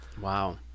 Wow